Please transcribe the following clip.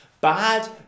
Bad